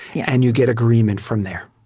yeah and you get agreement from there.